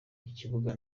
ibibuga